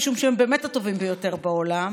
ג'אבר עסאקלה,